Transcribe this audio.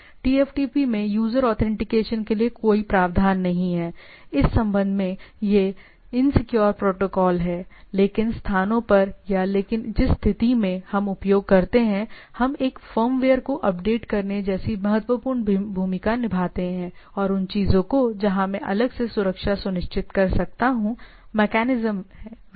TFTP में user authentication के लिए कोई प्रावधान नहीं है इस संबंध में यह इनसिक्योर प्रोटोकॉल है लेकिन स्थानों पर या लेकिन जिस स्थिति में हम उपयोग करते हैं हम एक फर्मवेयर को अपडेट करने जैसी महत्वपूर्ण भूमिका निभाते हैं और उन चीजों को जहां मैं अलग से सुरक्षा सुनिश्चित कर सकता हूं मेकैनिज्म राइट